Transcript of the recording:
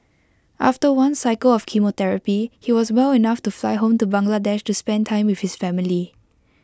after one cycle of chemotherapy he was well enough to fly home to Bangladesh to spend time with his family